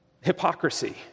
Hypocrisy